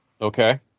Okay